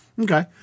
Okay